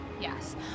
Yes